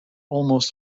almost